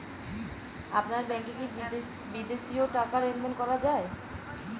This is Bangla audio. আপনার ব্যাংকে কী বিদেশিও টাকা লেনদেন করা যায়?